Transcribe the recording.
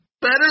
better